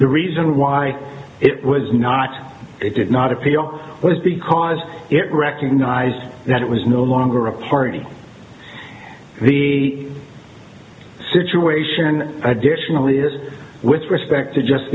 the reason why it was not a did not appeal was because it recognized that it was no longer a party the situation additionally is with respect to just